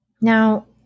Now